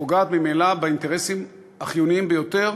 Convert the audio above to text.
פוגעת בו ופוגעת ממילא באינטרסים החיוניים ביותר